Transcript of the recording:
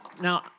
now